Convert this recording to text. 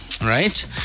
Right